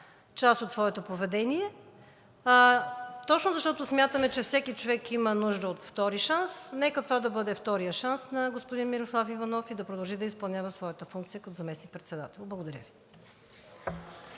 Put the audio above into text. част от своето поведение. Точно защото смятаме, че всеки човек има нужда от втори шанс, нека това да бъде вторият шанс на господин Мирослав Иванов и да продължи да изпълнява своята функция като заместник председател. Благодаря Ви.